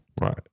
Right